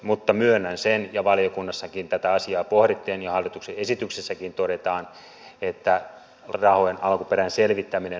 mutta myönnän sen ja valiokunnassakin tätä asiaa pohdittiin ja hallituksen esityksessäkin todetaan että rahojen alkuperän selvittäminen aiheuttaa jonkin verran lisää työtä